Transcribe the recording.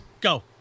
Go